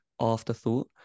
afterthought